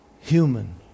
human